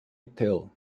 tell